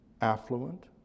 affluent